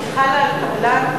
היא חלה על הקבלן,